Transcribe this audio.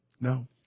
no